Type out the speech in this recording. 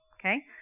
Okay